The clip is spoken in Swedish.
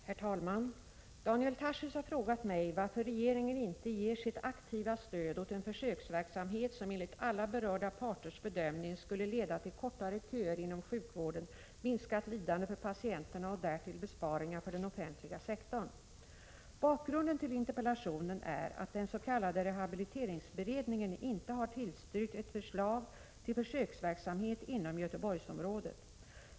Herr talman! Daniel Tarschys har frågat mig varför regeringen inte ger sitt aktiva stöd åt en försöksverksamhet som enligt alla berörda parters bedömning skulle leda till kortare köer inom sjukvården, minskat lidande för patienterna och därtill besparingar för den offentliga sektorn. Bakgrunden till interpellationen är att den s.k. rehabiliteringsberedningen inte har tillstyrkt ett förslag till försöksverksamhet inom Göteborgsområdet.